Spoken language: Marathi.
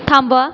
थांबवा